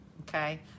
Okay